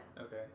Okay